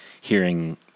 hearing